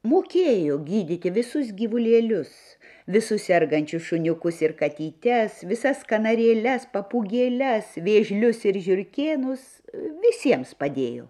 mokėjo gydyti visus gyvulėlius visus sergančius šuniukus ir katytes visas kanarėles papūgėles vėžlius ir žiurkėnus visiems padėjo